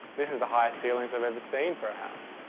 this is the highest ceilings i've ever seen for a house.